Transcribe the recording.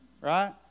right